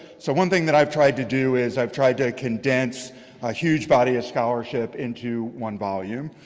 so one thing that i've tried to do is i've tried to condense a huge body of scholarship into one volume.